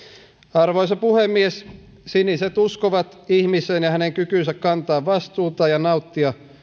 arvoisa puhemies siniset uskovat ihmiseen ja hänen kykyynsä kantaa vastuuta ja nauttia